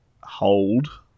hold